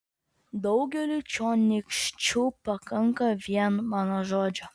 daugeliui čionykščių pakanka vien mano žodžio